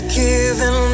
given